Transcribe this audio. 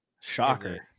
Shocker